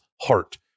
heart